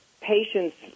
patient's